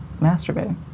masturbating